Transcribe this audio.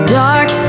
dark